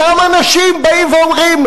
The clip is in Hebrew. אותם אנשים באים ואומרים: